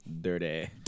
dirty